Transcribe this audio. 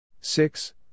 six